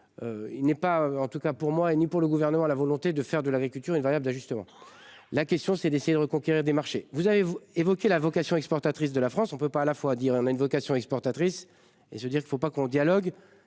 Il n'est pas en tout cas pour moi ni pour le gouvernement, la volonté de faire de l'agriculture une variable d'ajustement. La question c'est d'essayer de reconquérir des marchés. Vous avez-vous évoqué la vocation exportatrice de la France, on ne peut pas à la fois dire et on a une vocation exportatrice et je veux dire il ne faut pas qu'on dialogue